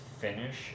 finish